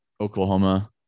Oklahoma